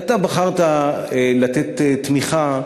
ואתה בחרת לתת תמיכה